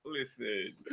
Listen